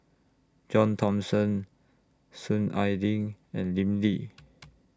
John Thomson Soon Ai Ling and Lim Lee